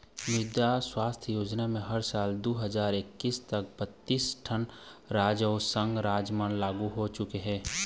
मृदा सुवास्थ योजना ह साल दू हजार एक्कीस तक बत्तीस ठन राज अउ संघ राज मन म लागू हो चुके हे